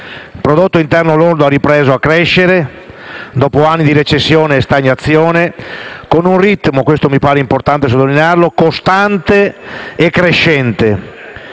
il prodotto interno lordo ha ripreso a crescere, dopo anni di recessione e stagnazione, con un ritmo - mi pare importante sottolinearlo - costante e crescente,